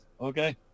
okay